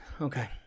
okay